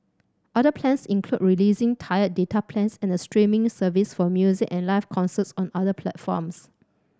other plans include releasing tiered data plans and a streaming service for music and live concerts on other platforms